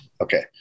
Okay